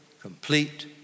complete